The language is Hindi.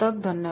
धन्यवाद